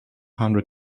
hundred